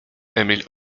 emil